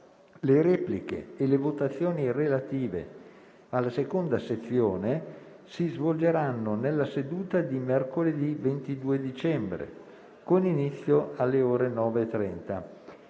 Le repliche e le votazioni relative alla seconda sezione si svolgeranno nella seduta di mercoledì 22 dicembre, con inizio alle ore 9,30.